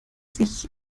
sich